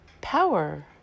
power